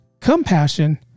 compassion